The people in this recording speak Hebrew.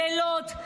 לילות.